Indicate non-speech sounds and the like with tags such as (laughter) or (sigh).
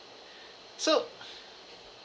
(breath) so (breath)